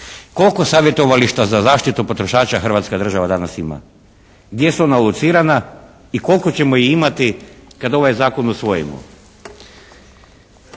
Koliko savjetovališta za zaštitu potrošača Hrvatska država danas ima? Gdje su ona locirana i koliko ćemo ih imati kada ovaj zakon usvojimo?